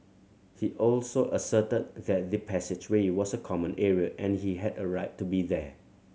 he also asserted that the passageway was a common area and he had a right to be there